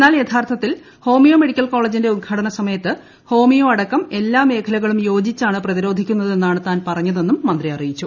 എന്നാൽ യഥാർത്ഥ ത്തിൽ ഹോമിയോ മെഡിക്കൽ കോളേജിന്റെ ഉദ്ഘാടന സമയത്ത് ഹോമിയോ അടക്കം എല്ലാ മേഖലകളും യോജിച്ചാണ് പ്രതിരോധിക്കുന്നത് എന്നാണ് പറഞ്ഞതെന്നും മന്ത്രി അറിയിച്ചു